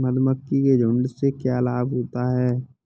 मधुमक्खी के झुंड से क्या लाभ होता है?